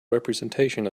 representation